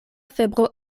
febro